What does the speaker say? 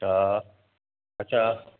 हा अछा